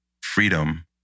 freedom